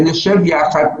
נשב יחד,